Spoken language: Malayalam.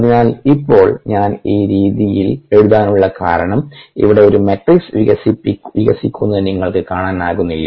അതിനാൽ ഇപ്പോൾ ഞാൻ ഈ രീതിയിൽ എഴുതാനുള്ള കാരണംഇവിടെ ഒരു മാട്രിക്സ് വികസിക്കുന്നത് നിങ്ങൾക്ക് കാണാനാകുന്നില്ലേ